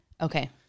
Okay